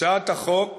הצעת החוק